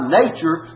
nature